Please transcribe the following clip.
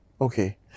Okay